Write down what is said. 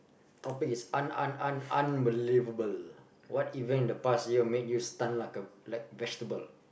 topic is un~ un~ un~ unbelievable what event in the past year make you stun like a like vegetable